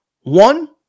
One